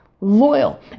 loyal